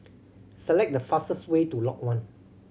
select the fastest way to Lot One